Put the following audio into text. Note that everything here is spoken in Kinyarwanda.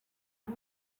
iki